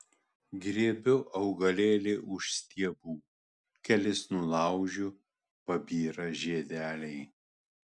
griebiu augalėlį už stiebų kelis nulaužiu pabyra žiedeliai